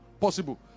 possible